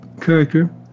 character